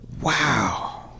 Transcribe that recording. Wow